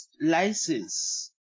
license